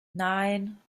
nein